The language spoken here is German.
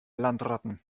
landratten